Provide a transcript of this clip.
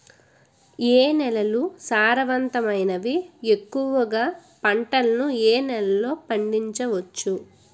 ఏ నేలలు సారవంతమైనవి? ఎక్కువ గా పంటలను ఏ నేలల్లో పండించ వచ్చు?